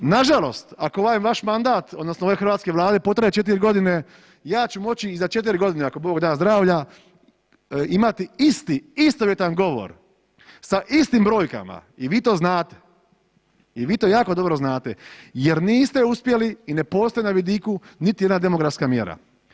Nažalost, ako ovaj vaš mandat odnosno ove hrvatske Vlade potraje 4 godine, ja ću moći i za 4 godine, ako Bog da zdravlja imati isti, istovjetan govor, sa istim brojkama i vi to znate i vi to jako dobro znate jer niste uspjeli i ne postoji na vidiku niti jedna demografska mjera.